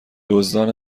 دزدان